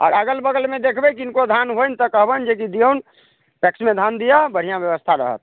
आर अगल बगलमे देखबै किनको धान होनि तऽ कहबनि जे कि दियौन पैक्समे धान दिअ बढ़िआँ व्यवस्था रहत